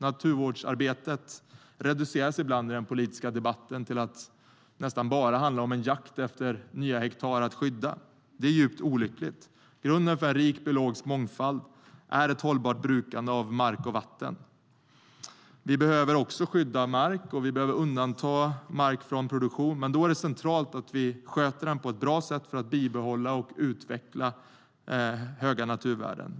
Naturvårdsarbetet reduceras ibland i den politiska debatten till att nästan bara handla om en jakt på nya hektar att skydda. Det är djupt olyckligt. Grunden för en rik biologisk mångfald är ett hållbart brukande av mark och vatten. Vi behöver också skydda mark och undanta mark från produktion, men då är det centralt att vi sköter den på ett bra sätt för att bibehålla och utveckla höga naturvärden.